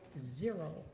zero